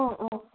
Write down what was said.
অঁ অঁ